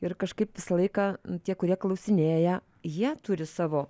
ir kažkaip visą laiką tie kurie klausinėja jie turi savo